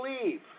believe